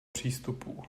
přístupů